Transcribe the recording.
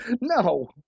No